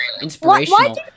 inspirational